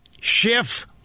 Schiff